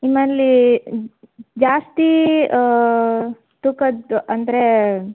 ನಿಮ್ಮಲ್ಲಿ ಜಾಸ್ತಿ ತೂಕದ್ದು ಅಂದ್ರೆ